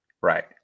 right